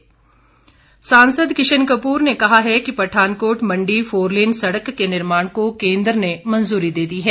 किशन कपूर सांसद किशन कपूर ने कहा है कि पठानकोट मण्डी फोरलेन सड़क के निर्माण को केंद्र ने मंजूरी दे दी है